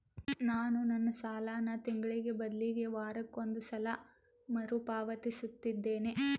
ನಾನು ನನ್ನ ಸಾಲನ ತಿಂಗಳಿಗೆ ಬದಲಿಗೆ ವಾರಕ್ಕೊಂದು ಸಲ ಮರುಪಾವತಿಸುತ್ತಿದ್ದೇನೆ